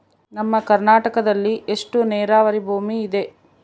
ನಮ್ಮ ಕರ್ನಾಟಕದಲ್ಲಿ ಎಷ್ಟು ನೇರಾವರಿ ಭೂಮಿ ಇದೆ?